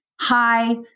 hi